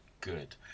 good